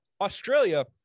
Australia